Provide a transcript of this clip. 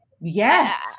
yes